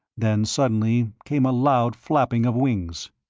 then, suddenly, came a loud flapping of wings.